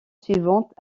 suivante